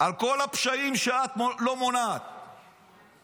על כל הפשעים שאת לא מונעת היום.